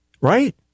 right